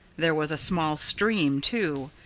there was a small stream, too,